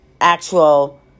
actual